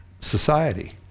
society